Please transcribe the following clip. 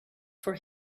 for